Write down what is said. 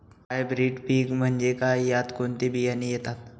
Hybrid पीक म्हणजे काय? यात कोणते बियाणे येतात?